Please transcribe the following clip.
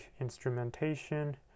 instrumentation